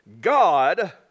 God